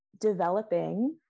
developing